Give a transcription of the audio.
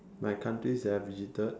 my countries that I have visited